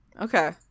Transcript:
Okay